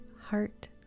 heart